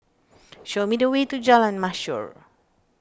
show me the way to Jalan Mashhor